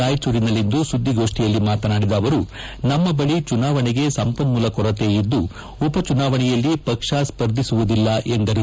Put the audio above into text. ರಾಯಚೂರಿನಲ್ಲಿಂದು ಸುದ್ದಿಗೋಷ್ಠಿಯಲ್ಲಿ ಮಾತನಾಡಿದ ಅವರು ನಮ್ಮ ಬಳಿ ಚುನಾವಣೆಗೆ ಸಂಪನ್ಮೂಲ ಕೊರತೆ ಇದ್ದು ಉಪ ಚುನಾವಣೆಯಲ್ಲಿ ಪಕ್ಷ ಸ್ಪರ್ಧಿಸುವುದಿಲ್ಲ ಎಂದರು